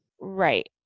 Right